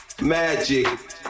magic